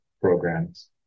programs